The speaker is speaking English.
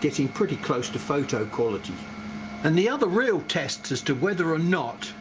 getting pretty close to photo quality and the other real tests as to whether or not